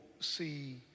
see